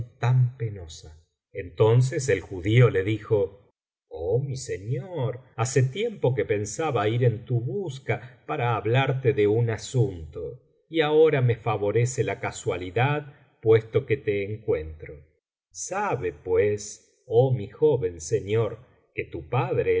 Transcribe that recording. tan penosa entonces el judío le dijo oh mi señor hace tiempo que pensaba ir en tu busca para hablarte de un asunto y ahora me favorece la casualidad puesto que te encuentro sabe pues oh mi joven señor que tu padre